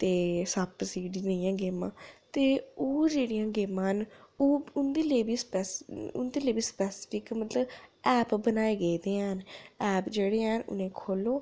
ते सप्प सीढ़ी नेहियां गेमां ते ओह् जेड़ियां गेमां न ओह् उं'दे लेई बी स्पैसिफिक उं'दे लेई बी स्पैसिफिक मतलब ऐप्प बनाए गेदे न ऐप्प जेह्ड़े हैन उ'नें ई खोह्लो